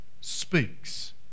speaks